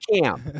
camp